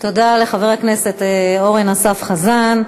תודה לחבר הכנסת אורן אסף חזן.